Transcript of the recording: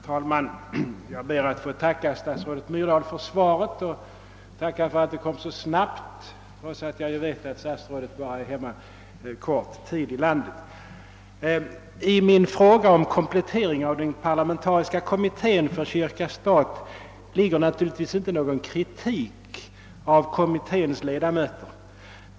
Herr talman! Jag ber att få tacka statsrådet Myrdal för svaret och även för att det kom så snabbt, trots att ju statsrådet är hemma här i landet bara en kort tid. I min fråga om komplettering av den parlamentariska kommittén för kyrka och stat ligger naturligtvis inte någon kritik av kommitténs ledamöter.